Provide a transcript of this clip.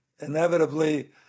inevitably